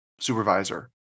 supervisor